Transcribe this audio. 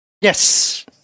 Yes